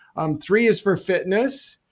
um three is for fitness.